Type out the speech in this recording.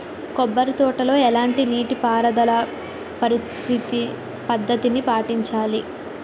కొబ్బరి తోటలో ఎలాంటి నీటి పారుదల పద్ధతిని పాటించాలి?